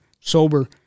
Sober